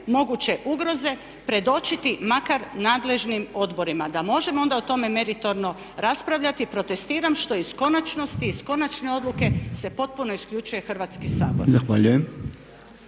moguće ugroze predočiti makar nadležnim odborima, da možemo onda o tome meritorno raspravljati. Protestiram što iz konačnosti, iz konačne odluke se potpuno isključuje Hrvatski sabor.